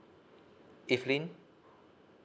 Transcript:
elfaine